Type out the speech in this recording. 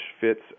fits